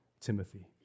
Timothy